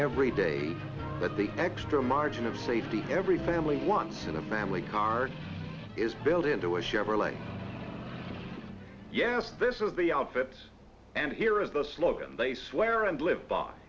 every day but the extra margin of safety every family in the family car is built into a chevrolet yes this is the outfits and here is the slogan they swear and live by